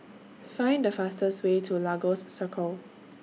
Find The fastest Way to Lagos Circle